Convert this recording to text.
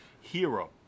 Hero